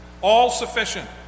all-sufficient